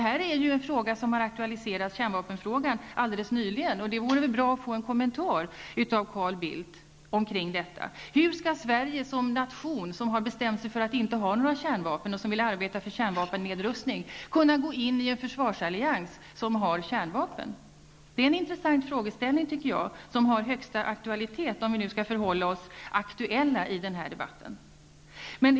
Kärnvapenfrågan har aktualiserats alldeles nyligen, och det vore bra att få en kommentar av Carl Bildt till detta. Hur skall Sverige som nation, som har bestämt sig för att inte ha några kärnvapen och som arbetar för kärnvapennedrustning, kunna gå in i en försvarsallians som har kärnvapen? Jag tycker att det är en intressant frågeställning som har högsta aktualitet -- vi skall kanske förhålla oss aktuella i den här debatten.